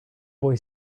boy